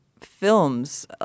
films